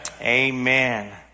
Amen